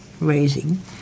raising